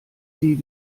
sie